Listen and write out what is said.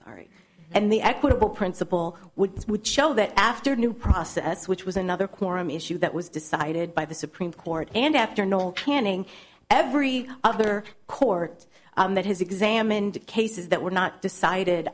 sorry and the equitable principle would show that after new process which was another quorum issue that was decided by the supreme court and after normal canning every other court that has examined cases that were not decided